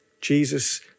Jesus